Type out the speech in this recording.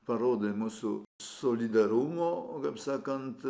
parodo mūsų solidarumo kaip sakant